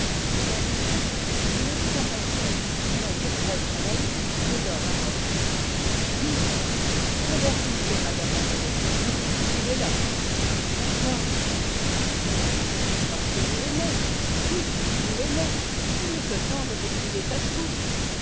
certes voulez-vous un conseil non de prêtre à laïque mais d'homme à homme oui convertissez mme manolé ou fuyez la pourquoi parce que parce que vous l'aimez oui vous l'aimez il n'est que temps de vous crier casse-cou